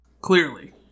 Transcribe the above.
clearly